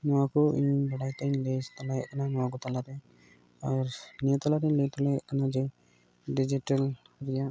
ᱱᱚᱣᱟ ᱠᱚ ᱤᱧ ᱵᱟᱰᱟᱭᱛᱮ ᱞᱟᱹᱭ ᱛᱟᱞᱮᱭᱮᱫ ᱠᱟᱱᱟ ᱱᱚᱣᱟ ᱠᱚ ᱛᱟᱞᱟ ᱛᱮ ᱟᱨ ᱱᱤᱭᱟᱹ ᱛᱟᱞᱟᱨᱮᱧ ᱞᱟᱹᱭ ᱛᱟᱨᱟᱭᱮᱜ ᱠᱟᱱᱟ ᱡᱮ ᱰᱮᱡᱤᱴᱟᱞ ᱨᱮᱭᱟᱜ